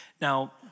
now